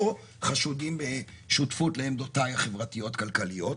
חשודים בשותפות לעמדותיי החברתיות-כלכליות,